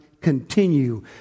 continue